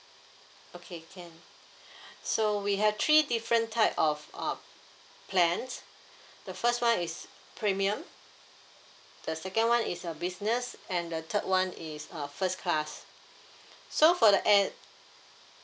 okay can so we have three different type of uh plans the first one is premium the second one is uh business and the third one is uh first class so for the an~